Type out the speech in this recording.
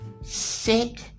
sick